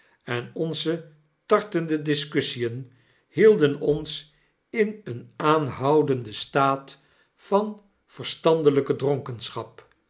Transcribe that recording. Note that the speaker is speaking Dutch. en onze tartende discussien hielden ons in een aanhoudenden staat van verstandelyke